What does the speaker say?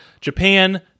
Japan